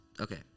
Okay